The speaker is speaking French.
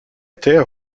terre